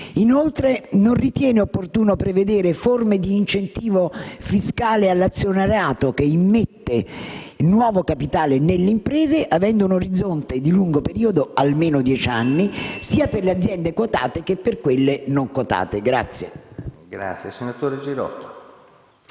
inoltre, opportuno prevedere forme di incentivo fiscale all'azionariato che immette nuovo capitale nelle imprese, avendo un orizzonte di lungo periodo (almeno dieci anni), sia per le aziende quotate che per quelle non quotate?